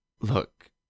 Look